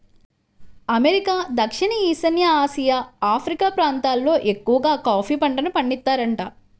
America, దక్షిణ ఈశాన్య Asia, Africa ప్రాంతాలల్లో ఎక్కవగా కాఫీ పంటను పండిత్తారంట